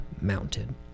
mounted